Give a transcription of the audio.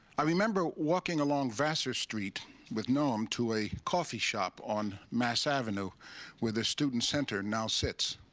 i remember walking along vassar street with noam to a coffee shop on mass avenue where the student center now sits.